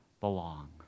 belong